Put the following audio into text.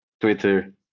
Twitter